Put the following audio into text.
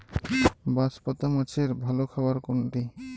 বাঁশপাতা মাছের ভালো খাবার কোনটি?